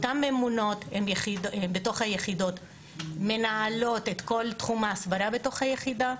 אותן ממונות בתוך היחידות מנהלות את כל תחום ההסברה בתוך היחידה,